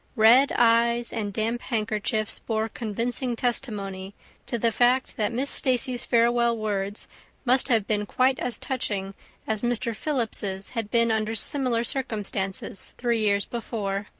red eyes and damp handkerchiefs bore convincing testimony to the fact that miss stacy's farewell words must have been quite as touching as mr. phillips's had been under similar circumstances three years before.